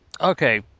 Okay